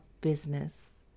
business